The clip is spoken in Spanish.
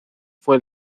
fue